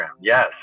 Yes